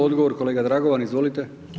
Odgovor kolega Dragovan, izvolite.